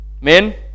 Men